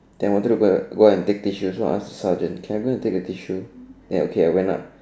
then I wanted to go go and take tissue so I ask the sergeant can I go and take the tissue then okay I went